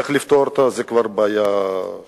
איך לפתור אותה, זה כבר בעיה שנייה.